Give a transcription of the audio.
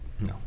No